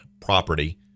property